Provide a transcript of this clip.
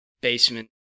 basement